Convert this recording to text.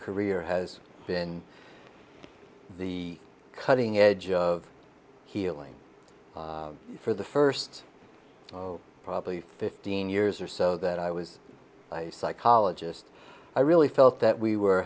career has been the cutting edge of healing for the first probably fifteen years or so that i was psychologist i really felt that we were